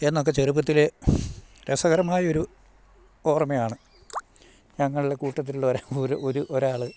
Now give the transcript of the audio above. എന്നൊക്കെ ചെറുപ്പത്തിലെ രസകരമായൊരു ഓർമ്മയാണ് ഞങ്ങളുടെ കൂട്ടത്തിലുള്ള ഒ ഒരു ഒരാള്